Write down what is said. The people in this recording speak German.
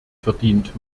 verdient